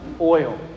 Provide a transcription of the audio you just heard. oil